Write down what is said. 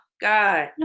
God